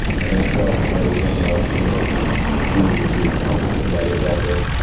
and that helps and everything else, you know to be able to talk to somebody about that.